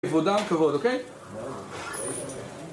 כבודם כבוד, אוקיי?